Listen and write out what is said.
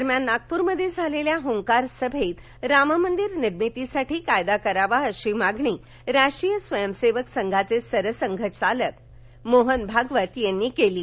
दरम्यान नागपूरमध्ये झालेल्या हुंकार सभेत राममंदिर निर्मितीसाठी कायदा करावा अशी मागणी राष्ट्रीय स्वयंसेवक संघाचे सरसंघचालक मोहन भागवत यांनी केली आहे